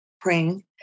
praying